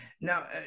Now